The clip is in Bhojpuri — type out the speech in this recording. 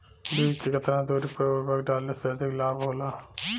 बीज के केतना दूरी पर उर्वरक डाले से अधिक लाभ होला?